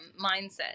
mindset